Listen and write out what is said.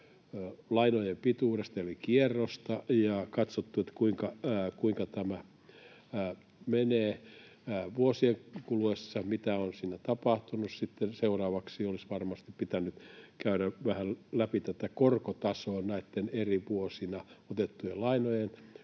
velkalainojen pituudesta eli kierrosta ja katsottu, kuinka tämä menee vuosien kuluessa, ja mitä on siinä tapahtunut. Sitten seuraavaksi olisi varmasti pitänyt käydä vähän läpi tätä korkotasoa — näitten eri vuosina otettujen lainojen